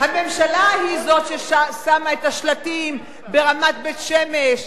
הממשלה היא זו ששמה את השלטים ברמת בית-שמש,